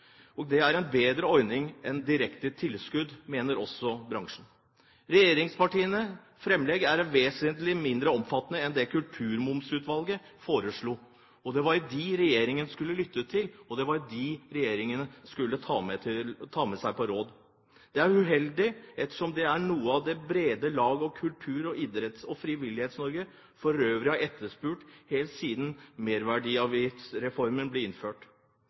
Det er en bedre ordning enn direkte tilskudd, mener også bransjen. Regjeringspartienes framlegg er vesentlig mindre omfattende enn det Kulturmomsutvalget foreslo. Det var det regjeringen skulle lytte til, det var det regjeringen skulle ta med på råd. Det er uheldig, ettersom det er noe det brede lag av Kultur-, Idretts- og Frivillighets-Norge for øvrig har etterspurt helt siden Merverdiavgiftsreformen ble innført.